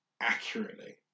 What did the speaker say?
accurately